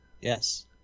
Yes